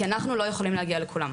כי אנחנו לא יכולים להגיע לכולם,